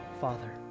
Father